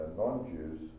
non-Jews